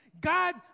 God